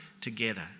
together